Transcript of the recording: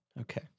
Okay